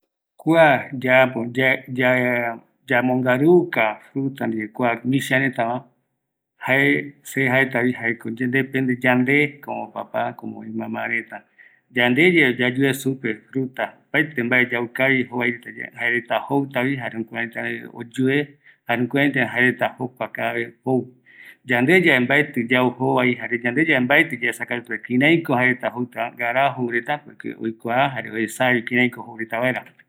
Kua yauka misïaretape, jaeko yande yauta supereta, yayueta, jayave misïareta oyuetavi ömae je, yande yave mbaetɨ yayue supereta, jaereta ngaravi oyue, jare ngaravi jou reta, oyue vaera yandeko yauta supereta oesayave jaereta joutavi